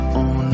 on